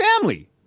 family